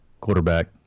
quarterback